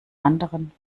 anderen